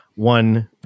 one